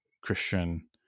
Christian